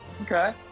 Okay